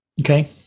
Okay